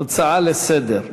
ההצעות לסדר-היום.